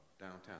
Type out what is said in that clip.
downtown